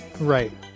right